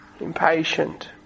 Impatient